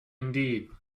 indeed